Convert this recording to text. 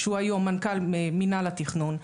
שהוא היום מנכ"ל מינהל התכנון,